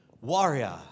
warrior